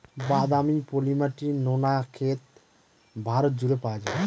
বাদামি, পলি মাটি, নোনা ক্ষেত ভারত জুড়ে পাওয়া যায়